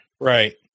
Right